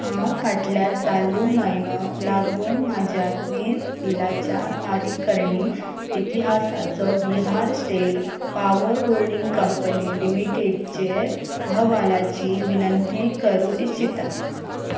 हांव फाटल्या चालू म्हयनो लागून म्हाज्या वीज बिलाच्या फारीकरणी इतिहासाचो Bihar state power holding company लिमिटेडचेर अहवालाची विनंती करूंक इत्सितां